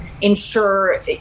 ensure